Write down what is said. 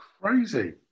crazy